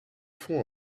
fond